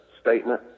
statement